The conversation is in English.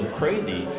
crazy